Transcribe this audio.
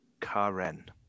Karen